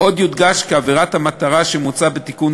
עוד יודגש כי עבירות המטרה שמוצעות בתיקון